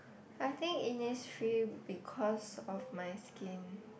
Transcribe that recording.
I think initially because of my skin